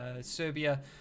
Serbia